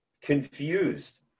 confused